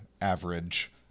average